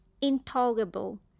intolerable